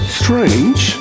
strange